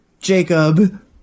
Jacob